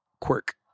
quirk